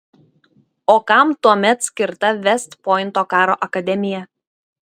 o kam tuomet skirta vest pointo karo akademija